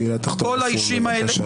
גלעד, תחתור לסיום בבקשה.